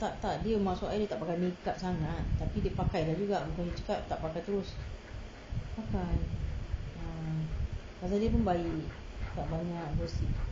tak tak dia maksud I tak pakai makeup sangat tapi dia pakai juga macam you cakap tak pakai terus pakai ah pasal dia pun baik tak banyak gossip